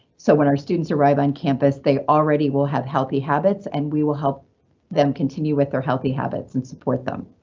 so when our students arrive on campus, they already will have healthy habits and we will help them continue with their healthy habits and support them.